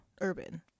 urban